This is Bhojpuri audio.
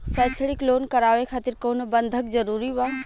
शैक्षणिक लोन करावे खातिर कउनो बंधक जरूरी बा?